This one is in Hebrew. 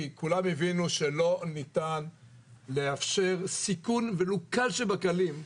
כי כולנו הבינו שלא ניתן לאפשר סיכון ולו קל שבקלים,